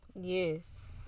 Yes